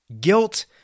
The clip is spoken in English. Guilt